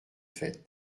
faite